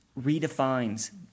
redefines